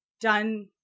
done